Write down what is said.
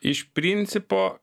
iš principo